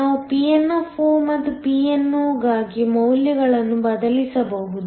ನಾವು Pn ಮತ್ತು Pno ಗಾಗಿ ಮೌಲ್ಯಗಳನ್ನು ಬದಲಿಸಬಹುದು